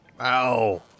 Wow